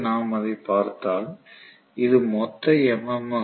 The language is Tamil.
இப்போது நாம் அதைப் பார்த்தால் இது மொத்த எம்